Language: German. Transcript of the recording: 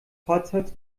fahrzeugs